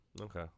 Okay